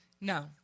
No